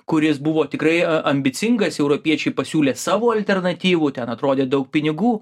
kuris buvo tikrai ambicingas europiečiai pasiūlė savo alternatyvų ten atrodė daug pinigų